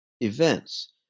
events